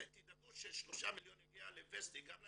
תדאגו ששלושה מיליון יגיעו לוסטי, גם לדיגיטלי,